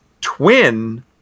twin